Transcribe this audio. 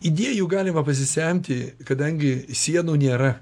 idėjų galima pasisemti kadangi sienų nėra